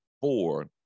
four